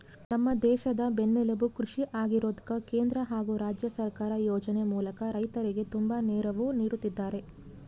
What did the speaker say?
ನಮ್ಮ ದೇಶದ ಬೆನ್ನೆಲುಬು ಕೃಷಿ ಆಗಿರೋದ್ಕ ಕೇಂದ್ರ ಹಾಗು ರಾಜ್ಯ ಸರ್ಕಾರ ಯೋಜನೆ ಮೂಲಕ ರೈತರಿಗೆ ತುಂಬಾ ನೆರವು ನೀಡುತ್ತಿದ್ದಾರೆ